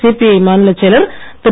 CBI மாநிலச் செயலர் திரு